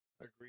agreed